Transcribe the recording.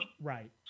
Right